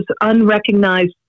unrecognized